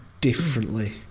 differently